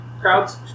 crowds